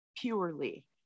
purely